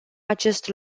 acest